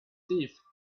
teeth